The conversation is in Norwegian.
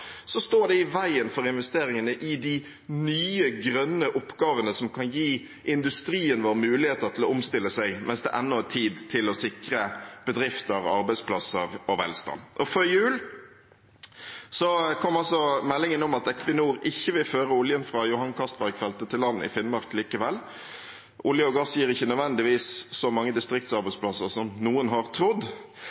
så står det i veien for investeringene i de nye, grønne oppgavene som kan gi industrien vår muligheter til å omstille seg mens det ennå er tid til å sikre bedrifter, arbeidsplasser og velstand. Før jul kom altså meldingen om at Equinor ikke vil føre oljen fra Johan Castberg-feltet til land i Finnmark likevel. Olje og gass gir ikke nødvendigvis så mange distriktsarbeidsplasser som noen har trodd.